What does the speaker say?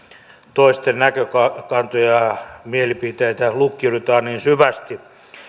toisten näkökantoja ja mielipiteitä lukkiudutaan niin syvästi